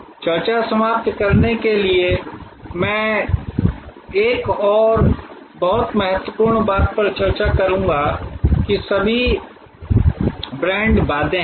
चर्चा समाप्त करने के लिए मैं एक और बहुत महत्वपूर्ण बात पर चर्चा करूंगा कि सभी ब्रांड वादे हैं